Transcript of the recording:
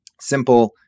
simple